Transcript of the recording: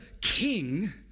king